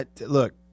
Look